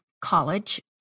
college